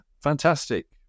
Fantastic